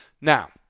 Now